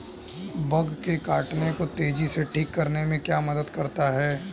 Bug के काटने को तेजी से ठीक करने में क्या मदद करता है?